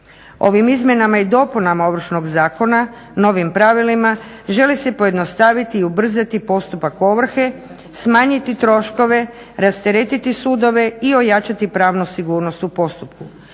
Ovim izmjenama i dopunama ovršnog zakona novim pravilima želi se pojednostaviti i ubrzati postupak ovrhe, smanjiti troškove, rasteretiti sudove i ojačati pravnu sigurnost u postupku.